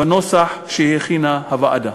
בנוסח שהכינה הוועדה.